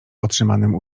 otrzymanym